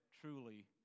truly